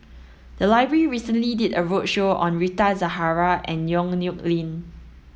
the library recently did a roadshow on Rita Zahara and Yong Nyuk Lin